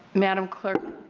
madam clerk.